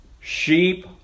sheep